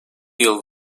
yıl